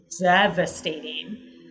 devastating